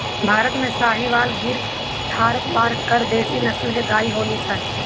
भारत में साहीवाल, गिर, थारपारकर देशी नसल के गाई होलि सन